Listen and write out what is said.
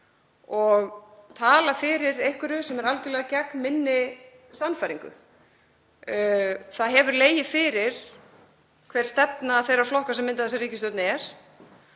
og tala fyrir einhverju sem er algerlega gegn minni sannfæringu. Það hefur legið fyrir hver stefna þeirra flokka sem mynda þessa ríkisstjórn er